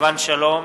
סילבן שלום,